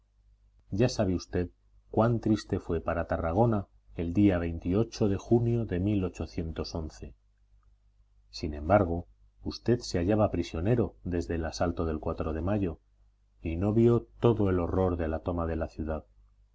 ya sabe usted cuán triste fue para tarragona el día de junio de sin embargo usted se hallaba prisionero desde el asalto del de mayo y no vio todo el